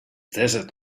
desert